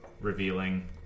revealing